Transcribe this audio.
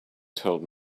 told